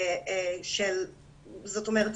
זאת אומרת,